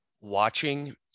watching